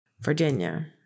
Virginia